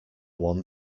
one